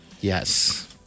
Yes